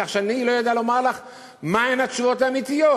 כך שאני לא יודע לומר לך מה הן התשובות האמיתיות.